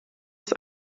ist